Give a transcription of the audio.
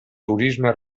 turisme